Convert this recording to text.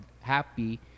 happy